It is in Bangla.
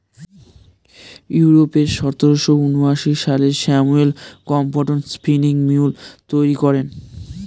ইউরোপে সতেরোশো ঊনআশি সালে স্যামুয়েল ক্রম্পটন স্পিনিং মিউল তৈরি করেন